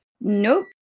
Nope